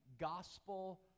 gospel